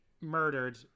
murdered